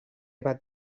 bat